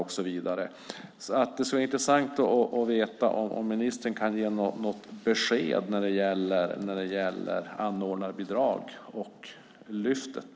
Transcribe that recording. Det skulle vara intressant om ministern kunde ge besked om anordnarbidraget och Lyftet.